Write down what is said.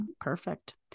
perfect